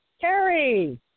Carrie